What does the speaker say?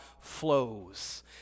flows